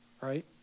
Right